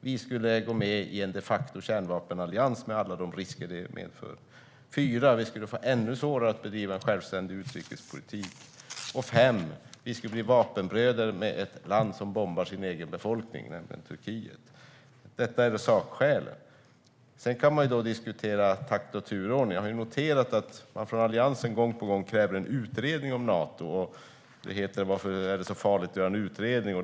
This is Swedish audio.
Vi skulle gå med i en de facto kärnvapenallians med alla de risker det medför. Vi skulle få ännu svårare att bedriva en självständig utrikespolitik. Vi skulle bli vapenbröder med ett land som bombar sin egen befolkning, nämligen Turkiet. Detta är sakskälen. Sedan kan man diskutera takt och turordning. Jag har noterat att Alliansen gång på gång kräver en utredning om Nato och undrar varför det är så farligt att göra en utredning.